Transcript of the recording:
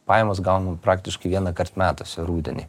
pajamas gaunu praktiškai vienąkart metuose rudenį